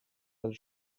del